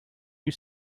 you